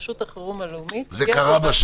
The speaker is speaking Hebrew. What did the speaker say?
רשות החירום הלאומית היא הגורם האחראי --- זה קרה בשטח,